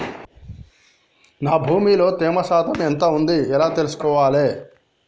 నా భూమి లో తేమ శాతం ఎంత ఉంది ఎలా తెలుసుకోవాలే?